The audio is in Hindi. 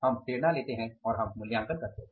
हम प्रेरणा लेते हैं और हम मूल्यांकन करते हैं